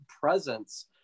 presence